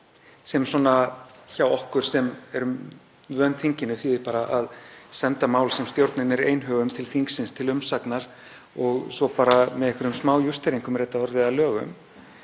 mála þýðir hjá okkur sem erum vön þinginu bara að senda mál sem stjórnin er einhuga um til þingsins til umsagnar og svo með einhverjum smá „justeringum“ er þetta orðið að lögum.